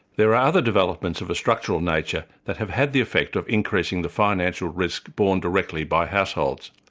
there are other developments of a structural nature that have had the effect of increasing the financial risk borne directly by households.